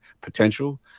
potential